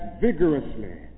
vigorously